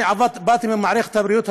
אני באתי ממערכת הבריאות,